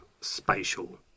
spatial